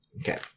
Okay